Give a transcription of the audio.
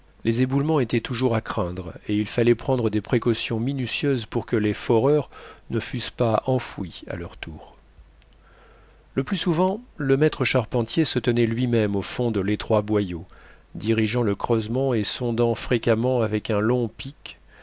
les éboulements étaient toujours à craindre et il fallait prendre des précautions minutieuses pour que les foreurs ne fussent pas enfouis à leur tour le plus souvent le maître charpentier se tenait lui-même au fond de l'étroit boyau dirigeant le creusement et sondant fréquemment avec un long pic